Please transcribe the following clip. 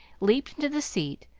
leaped into the seat,